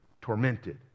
tormented